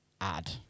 add